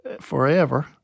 forever